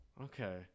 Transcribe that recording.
okay